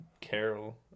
Carol